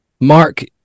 Mark